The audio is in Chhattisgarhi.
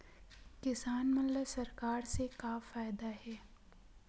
किसान मन ला सरकार से का फ़ायदा हे?